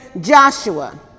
Joshua